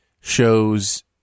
shows